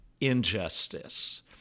injustice